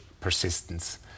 persistence